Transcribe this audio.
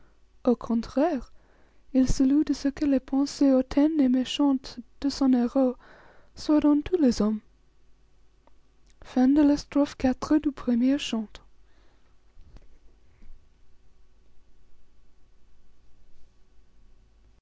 au contraire il se loue de ce que les pensées hautaines et méchantes de son héros soient dans tous les hommes